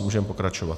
Můžeme pokračovat.